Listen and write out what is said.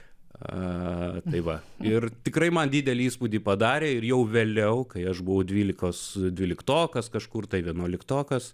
a tai va ir tikrai man didelį įspūdį padarė ir jau vėliau kai aš buvau dvylikos dvyliktokas kažkur tai vienuoliktokas